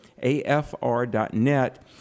afr.net